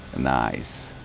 nice.